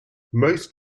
most